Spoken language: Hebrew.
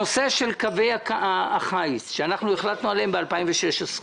הנושא של קווי החיץ שהחלטנו עליהם ב-2016,